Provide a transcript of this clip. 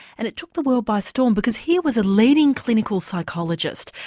and it took the world by storm, because here was a leading clinical psychologist,